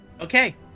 okay